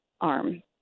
arm